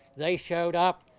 they showed up,